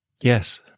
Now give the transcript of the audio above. Yes